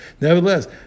Nevertheless